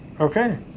Okay